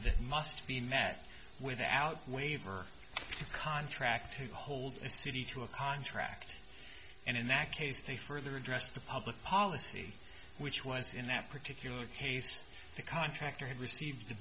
that must be met without waiver to contract to hold a city to a contract and in that case they further addressed the public policy which was in that particular case the contractor had received